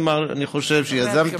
אני ארצה שהם, עכשיו כל